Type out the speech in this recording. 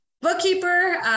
bookkeeper